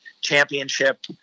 championship